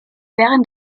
während